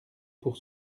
pour